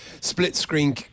split-screen